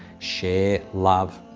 share love.